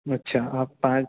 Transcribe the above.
अच्छा आप पाँच